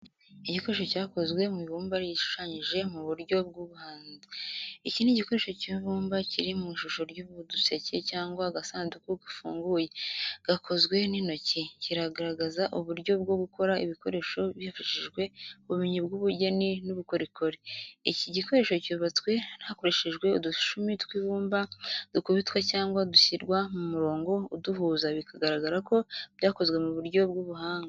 Igikoresho cyakozwe mu ibumba gishushanyije mu buryo bw’ubuhanzi. Iki ni igikoresho cy'ibumba kiri mu ishusho y'uduseke cyangwa agasanduku gafunguye, gakozwe n’intoki. Kiragaragaza uburyo bwo gukora ibikoresho hifashishijwe ubumenyi bw’ubugeni n’ubukorikori. Iki gikoresho cyubatswe hakoreshejwe udushumi tw’ibumba dukubitwa cyangwa dushyirwa mu murongo uduhuza, bikagaragara ko byakozwe mu buryo bw'ubuhanga.